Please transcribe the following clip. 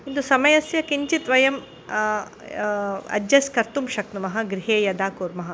किन्तु समयस्य किञ्चित् वयं अज्जेस्ट् कर्तुं शक्नुमः गृहे यदा कुर्मः